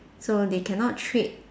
so they cannot trade